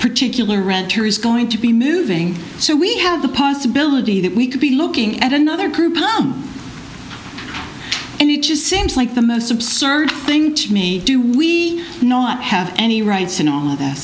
particular renter is going to be moving so we have the possibility that we could be looking at another group and it just seems like the most absurd thing to me do we not have any rights and all of